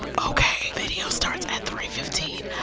okay. video starts at three fifteen.